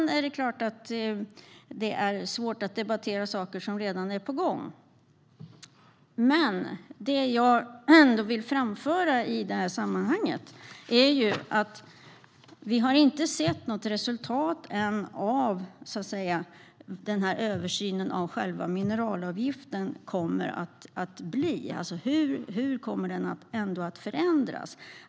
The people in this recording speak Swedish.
Det är klart att det ibland är svårt att debattera saker som redan är på gång, men det jag ändå vill framföra i sammanhanget är att vi inte ännu har sett något resultat av hur översynen av själva mineralavgiften kommer att bli. Hur kommer den att förändras?